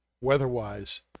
weather-wise